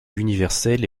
universelle